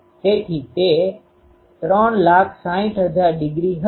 તેથી તે 360000 ડિગ્રી હશે